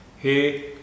Hey